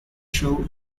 show